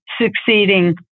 succeeding